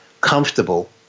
comfortable